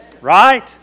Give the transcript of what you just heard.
Right